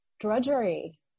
drudgery